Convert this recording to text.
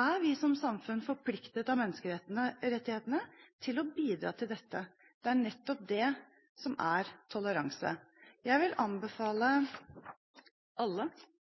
er vi som samfunn forpliktet av menneskerettighetene til å bidra til dette. Det er nettopp det som er toleranse. Jeg vil anbefale alle